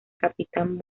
capitán